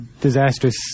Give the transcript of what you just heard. disastrous